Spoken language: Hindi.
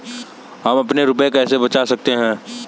हम अपने रुपये कैसे बचा सकते हैं?